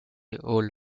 hall